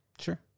Sure